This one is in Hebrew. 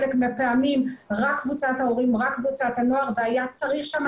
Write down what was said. חלק מהפעמים רק קבוצת ההורים או רק קבוצת הנוער והיה צריך שם